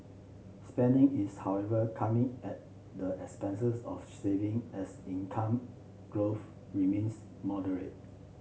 spending is however coming at the expenses of saving as income growth remains moderate